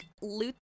loot